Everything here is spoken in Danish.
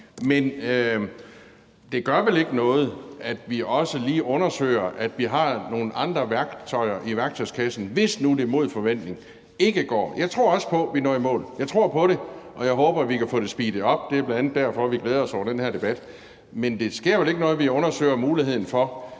men det gør vel ikke noget, at vi også lige undersøger, at vi har nogle andre værktøjer i værktøjskassen, hvis nu det imod forventning ikke går? Jeg tror også på, at vi når i mål. Jeg tror på det, og jeg håber på, at vi kan få det speedet op. Det er bl.a. derfor, vi glæder os over den her debat. Men der sker vel ikke noget ved, at vi som det første undersøger muligheden for,